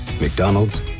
McDonald's